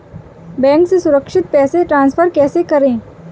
Bank से सुरक्षित पैसे ट्रांसफर कैसे करें?